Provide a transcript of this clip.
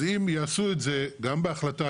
אז אם יעשו את זה גם בהחלטה,